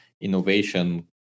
innovation